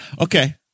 Okay